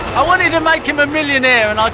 i wanted to make him a millionaire and